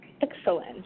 Excellent